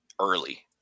early